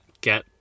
get